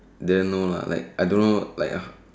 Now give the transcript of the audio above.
then no lah like I don't know like ah